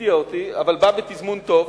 הפתיע אותי, אבל בא בתזמון טוב,